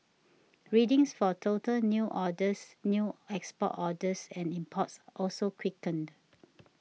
readings for total new orders new export orders and imports also quickened